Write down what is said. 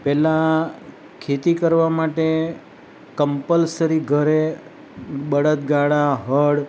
પહેલાં ખેતી કરવા માટે કંપલસરી ઘરે બળદગાડા હળ